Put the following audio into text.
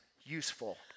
useful